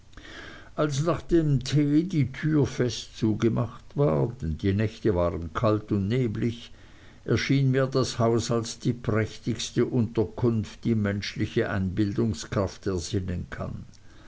als nach dem tee die tür fest zugemacht war denn die nächte waren kalt und neblig erschien mir das haus als die prächtigste unterkunft die menschliche einbildungskraft ersinnen kann